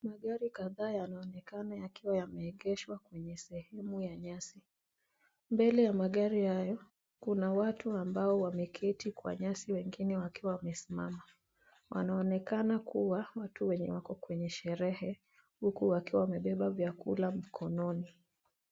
Magari kadhaa yanaonekana yakiwa yameegeshwa kwenye sehemu ya nyasi. Mbele ya magari hayo, kuna watu ambao wameketi kwenye nyasi, wengine wakiwa wamesimama. Wanaonekana kuwa watu wenye wako kwenye sherehe, huku baadhi yao wakiwa wamebeba vyakula mkononi.